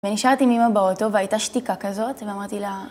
ונשארתי עם אמא באוטו והייתה שתיקה כזאת, ואמרתי לה...